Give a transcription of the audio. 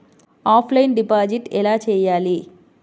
Offline deposit ఎలా చేయాలి?